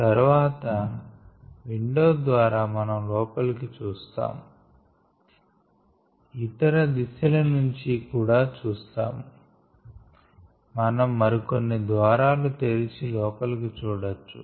తరువాత విండో ద్వారా మనం లోపలికి చూస్తాం ఇతర దిశల నుంచి కూడా చూస్తాము మనం మరికొన్ని ద్వారాలు తెరిచి లోపలికి చూడచ్చు